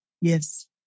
Yes